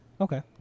Okay